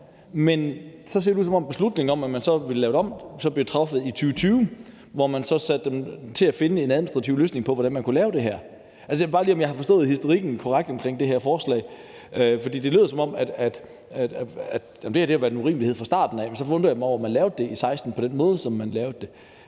Men det ser ud, som om beslutningen om at ville lave det om er blevet truffet i 2020, hvor man så satte dem til at finde en administrativ løsning på, hvordan man kunne lave det her. Det er bare, om jeg har forstået historikken korrekt vedrørende det her forslag, for det lyder, som om det her har været en urimelighed fra starten af, men så undrer det mig, at man lavede det på den måde i 2016, som man gjorde.